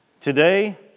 Today